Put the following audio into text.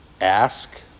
ask